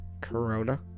corona